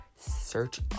search